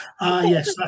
yes